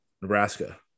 Nebraska